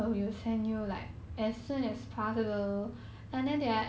!huh! 这样就